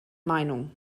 meinung